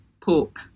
pork